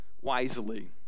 wisely